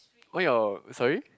why your sorry